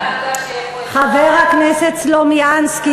חבר הכנסת סלומינסקי,